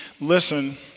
listen